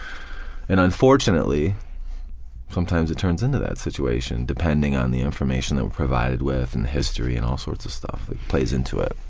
and unfortunately sometimes it turns into that situation, depending on the information that we're provided with and the history and all sorts of stuff that plays into it.